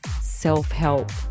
self-help